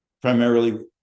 primarily